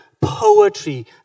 poetry